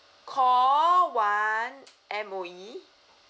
call one M_O_E